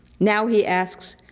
now he asks,